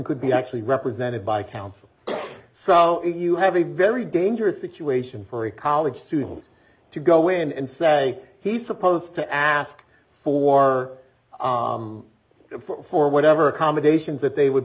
could be actually represented by counsel so you have a very dangerous situation for a college student to go in and say he's supposed to ask for for whatever accommodations that they would